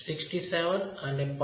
67 અને 0